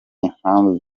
impamvu